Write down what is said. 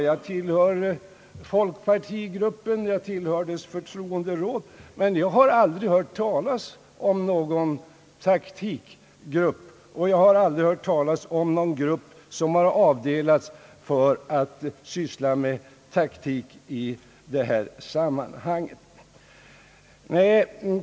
Jag tillhör folkpartigruppen och jag tillhör partiets förtroenderåd, men jag har aldrig hört talas om någon taktikgrupp som avdelats för att syssla med propaganda i fråga om hyresregleringen.